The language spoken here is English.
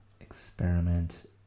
experiment